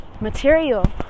material